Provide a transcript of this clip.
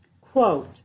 Quote